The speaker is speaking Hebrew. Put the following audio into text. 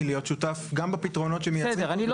החוק מחייב.